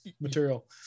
material